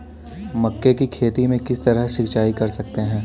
मक्के की खेती में किस तरह सिंचाई कर सकते हैं?